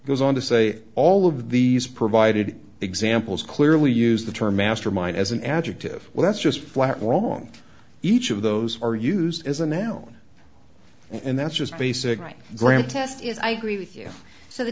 goes on to say all of these provided examples clearly use the term mastermind as an adjective well that's just flat wrong each of those are used as a noun and that's just basic right graham test is i agree with you s